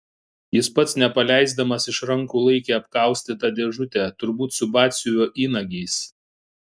jis pats nepaleisdamas iš rankų laikė apkaustytą dėžutę turbūt su batsiuvio įnagiais